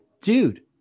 dude